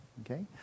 Okay